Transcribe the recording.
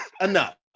Enough